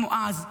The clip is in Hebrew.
כמו אז,